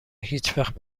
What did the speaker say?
هیچوقت